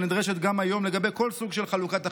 הנדרשת גם היום לגבי כל סוג של חלוקת הכנסות.